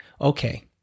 okay